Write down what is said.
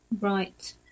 Right